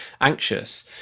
anxious